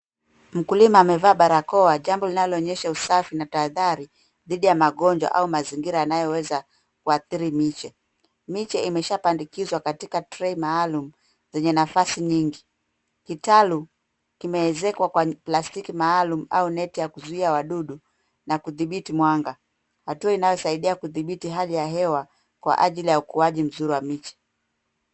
Mkulima amevaa barakoa jambo linaloonyesha usafi na tahadhari dhidi ya magonjwa au mazingira yanayoweza kuathiri miche miche imeshapandikizwa katika trey maalum zenye nafasi nyingi kitalu kimeezekwa kwa plastiki maalum au neti ya kuzuia wadudu na kudhibiti mwanga hatua inayosaidia kudhibiti hali ya hewa kwa ajili ya ukuaji mzuri wa miche.